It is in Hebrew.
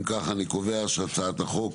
אם כך אני קובע שהצעת החוק